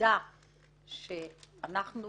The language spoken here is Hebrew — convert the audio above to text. ידע שאנחנו